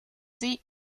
die